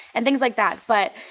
and things like that. but,